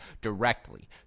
directly